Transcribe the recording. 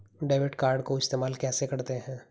Debit card को इस्तेमाल कैसे करते हैं?